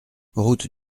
route